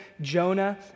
Jonah